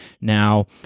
Now